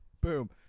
Boom